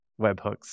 webhooks